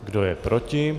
Kdo je proti?